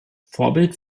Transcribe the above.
vorbild